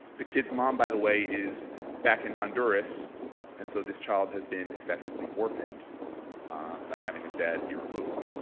the kids mom by the way is back in honduras and so this child has been effectively orphaned by having his dad be removed.